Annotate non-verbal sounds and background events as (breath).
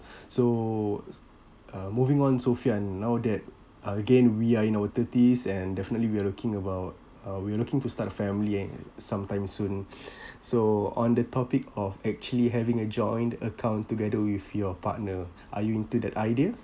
so uh moving on sophian now that again we are in our thirties and definitely we're looking about uh we're looking to start a family and sometime soon (breath) so on the topic of actually having a joint account together with your partner are you into that idea